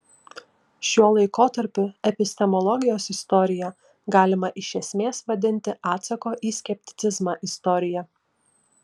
šiuo laikotarpiu epistemologijos istoriją galima iš esmės vadinti atsako į skepticizmą istorija